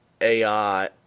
AI